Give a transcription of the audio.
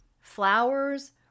flowers